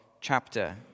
chapter